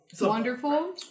wonderful